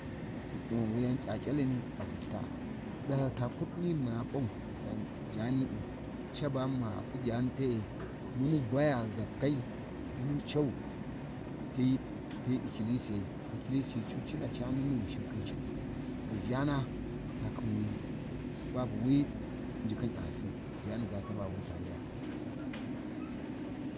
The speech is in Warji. ﻿Wayan C’aC’alani a Vulta, ɗahyita kurɗini bu muna pa’u jaani’i, caba ma p’u jani te’e munu baya zakkai, munu cau, ti-ti ikilisiyai ikilisiyai cu cina cani ni Ghisshin khin cani, to jaana ta khin wi, babu wi u'jikhin ɗahasi, ijani ga taba wi ta wuyana.